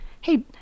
hey